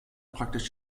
praktisch